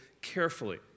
carefully